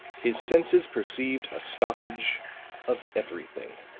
his senses perceived a stoppage of everything